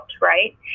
right